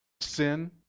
Sin